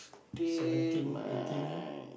seventeen eighteen